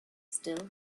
still